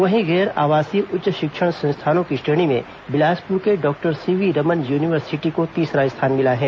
वहीं गैर आवासीय उच्च शिक्षण संस्थानों की श्रेणी में बिलासपुर के डॉक्टर सीवी रमन यूनिवर्सिटी को तीसरा स्थान मिला है